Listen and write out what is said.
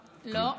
לא,